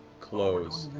close.